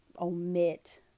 omit